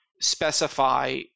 specify